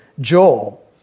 Joel